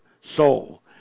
soul